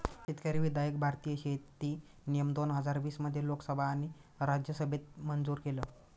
शेतकरी विधायक भारतीय शेती नियम दोन हजार वीस मध्ये लोकसभा आणि राज्यसभेत मंजूर केलं